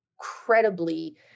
incredibly